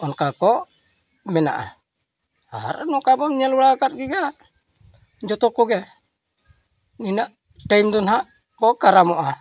ᱚᱱᱠᱟ ᱠᱚ ᱢᱮᱱᱟᱜᱼᱟ ᱟᱨ ᱱᱚᱝᱠᱟ ᱵᱚᱱ ᱵᱟᱲᱟ ᱟᱠᱟᱫ ᱜᱮᱭᱟ ᱡᱚᱛᱚ ᱠᱚᱜᱮ ᱱᱤᱱᱟᱹᱜ ᱴᱟᱹᱭᱤᱢ ᱫᱚ ᱦᱟᱸᱜ ᱠᱚ ᱠᱟᱨᱟᱢᱚᱜᱼᱟ